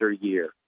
year